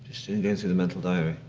and the the mental diary.